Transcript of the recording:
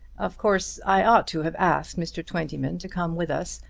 of course i ought to have asked mr. twentyman to come with us.